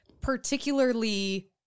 particularly